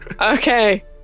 Okay